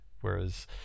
whereas